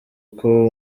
kuko